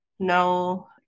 no